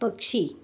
पक्षी